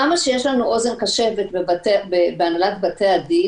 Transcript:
כמה שיש לנו אוזן קשבת בהנהלת בתי-הדין,